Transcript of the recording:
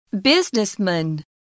Businessman